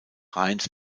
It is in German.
rheins